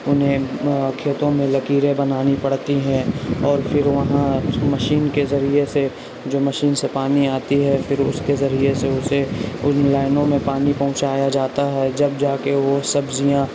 انہیں کھیتوں میں لکیریں بنانی پڑتی ہیں اور پھر وہاں میشن کے ذریعے سے جو مشین سے پانی آتی ہے پھر اس کے ذریعے سے اسے ان لائنوں میں پانی پہنچایا جاتا ہے جب جا کے وہ سبزیاں